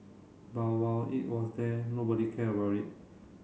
but while it was there nobody care about it